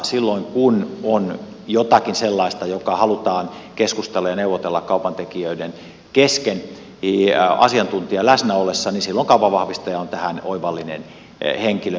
silloin kun on jotakin sellaista josta halutaan keskustella ja neuvotella kaupantekijöiden kesken asiantuntijan läsnä ollessa kaupanvahvistaja on tähän oivallinen henkilö